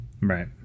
right